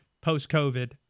post-COVID